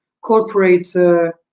corporate